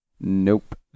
Nope